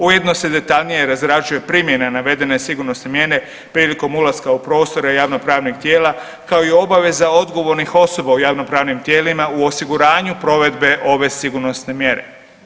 Ujedno se detaljnije razrađuje primjena navedene sigurnosne mjere prilikom ulaska u prostore javnopravnih tijela kao i obaveza odgovornih osoba u javnopravnim tijelima u osiguranju provedbe ove sigurnosne mjere.